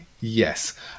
yes